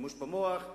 שימוש במוח,